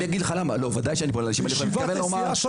היום בשעה 14:30 יש לנו ישיבת סיעה,